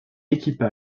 équipa